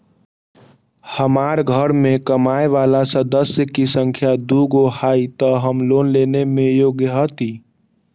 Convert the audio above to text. हमार घर मैं कमाए वाला सदस्य की संख्या दुगो हाई त हम लोन लेने में योग्य हती?